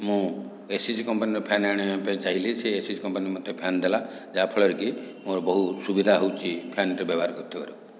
ମୁଁ ଏସ୍ସିଜି କମ୍ପାନୀର ଫ୍ୟାନ୍ ଆଣିବା ପାଇଁ ଚାହିଁଲି ସେ ଏସ୍ସିଜି କମ୍ପାନୀର ମୋତେ ଫ୍ୟାନ୍ ଦେଲା ଯାହା ଫଳରେ କି ମୋର ବହୁ ସୁବିଧା ହେଉଛି ଫ୍ୟାନ୍ଟେ ବ୍ୟବହାର କରିଥିବାରୁ